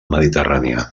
mediterrània